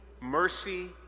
mercy